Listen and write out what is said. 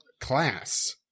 class